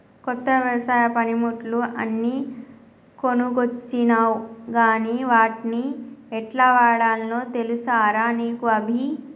కొత్త వ్యవసాయ పనిముట్లు అన్ని కొనుకొచ్చినవ్ గని వాట్ని యెట్లవాడాల్నో తెలుసా రా నీకు అభి